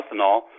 ethanol